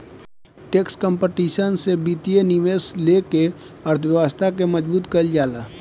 tax competition से वित्तीय निवेश लेके अर्थव्यवस्था के मजबूत कईल जाला